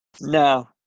No